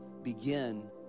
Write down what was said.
Begin